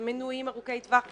ומינויים ארוכי טווח וכולי,